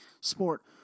sport